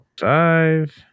Five